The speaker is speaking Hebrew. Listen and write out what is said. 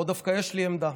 פה דווקא יש לי עמדה,